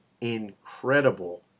incredible